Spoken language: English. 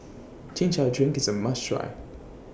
Chin Chow Drink IS A must Try